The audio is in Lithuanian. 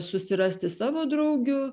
susirasti savo draugių